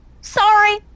Sorry